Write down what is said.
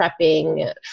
prepping